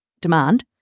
demand